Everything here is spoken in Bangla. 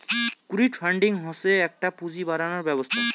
ক্রউড ফান্ডিং হসে একটো পুঁজি বাড়াবার ব্যবস্থা